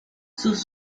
sus